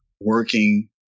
working